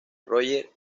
roger